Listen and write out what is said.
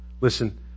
Listen